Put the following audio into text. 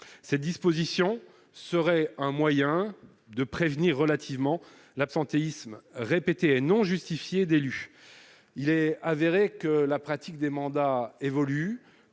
cette disposition serait un moyen de prévenir relativement l'absentéisme répété et non justifiées, d'élus, il est avéré que la pratique des mandats évolue,